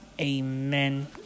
amen